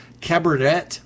cabaret